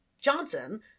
johnson